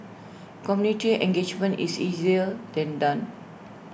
community engagement is easier than done